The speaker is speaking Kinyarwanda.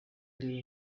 ndeba